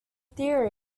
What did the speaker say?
theory